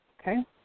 Okay